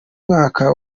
mwaka